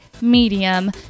medium